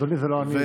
אדוני, זה לא אני.